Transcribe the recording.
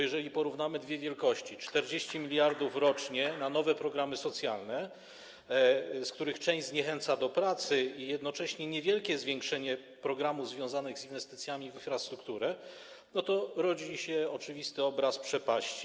Jeżeli porównamy dwie wielkości: 40 mld rocznie na nowe programy socjalne, z których część zniechęca do pracy, i jednocześnie niewielkie zwiększenie programów związanych z inwestycjami w infrastrukturę, rodzi się oczywisty obraz przepaści.